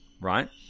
right